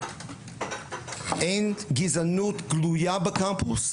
אין גזענות גלוייה בקמפוס,